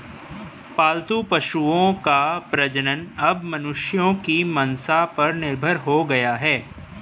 पालतू पशुओं का प्रजनन अब मनुष्यों की मंसा पर निर्भर हो गया है